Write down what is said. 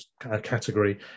category